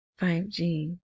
5G